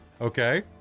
Okay